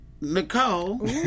Nicole